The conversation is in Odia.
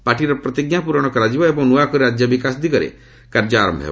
ପାର୍ଟିର ପ୍ରତିଜ୍ଞା ପୂରଣ କରାଯିବ ଏବଂ ନୂଆ କରି ରାଜ୍ୟ ବିକାଶ ଦିଗରେ କାର୍ଯ୍ୟ ଆରମ୍ଭ ହେବ